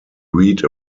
read